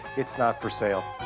it's not for sale.